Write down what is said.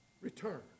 Return